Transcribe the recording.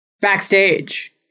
backstage